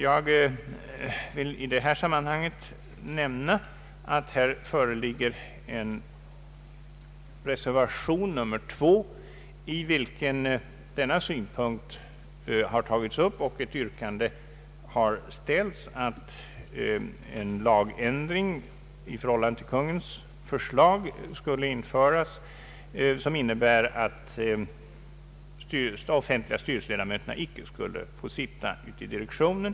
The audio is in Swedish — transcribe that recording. Jag vill i detta sammanhang nämna, att här föreligger en reservation, nr 2, i vilken denna synpunkt har tagits upp och ett yrkande ställts att en ändring i förhållande till Kungl. Maj:ts förslag skulle införas som innebär att de offentliga styrelseledamöterna icke skulle få sitta i direktionen.